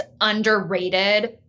underrated